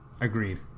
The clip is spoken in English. Agreed